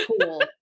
Cool